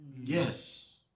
Yes